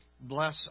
bless